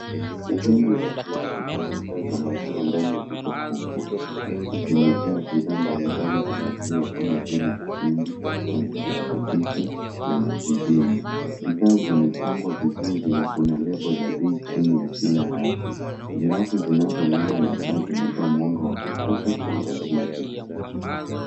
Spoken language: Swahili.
Sehemu ya jirafu ya bidhaa za maziwa ndani ya duka kubwa. Rafu zimejaa bidhaa mbalimbali za maziwa kama vile mtindi, maziwa ya pakiti na jibini. Bidhaa zimepangwa vizuri na kuna lebo za bei chini ya kila rafu. Rafu zinang'aa na taa zinazotoa mwanga wa kutosha kuangazia bidhaa.